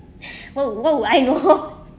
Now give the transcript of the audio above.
what what would I know